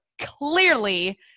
clearly